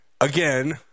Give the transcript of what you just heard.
again